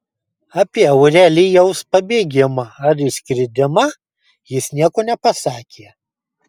apie aurelijaus pabėgimą ar išskridimą jis nieko nepasakė